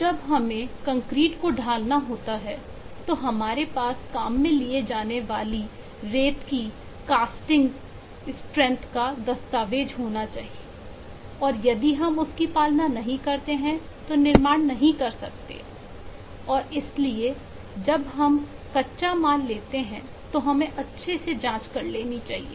तो जब हमें कंक्रीट को ढालना होता है तो हमारे पास काम में लिए जाने वाली देश की कास्टिंग स्प्रेंस का दस्तावेज होना चाहिए और यदि हम उसकी पालना नहीं करते हैं तो हम निर्माण नहीं कर सकते और इसीलिए जब हम कच्चा माल लेते हैं तो हमें अच्छे से जांच कर लेनी चाहिए